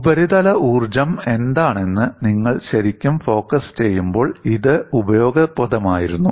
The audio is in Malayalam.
ഉപരിതല ഊർജ്ജം എന്താണെന്ന് നിങ്ങൾ ശരിക്കും ഫോക്കസ് ചെയ്യുമ്പോൾ ഇത് ഉപയോഗപ്രദമായിരുന്നു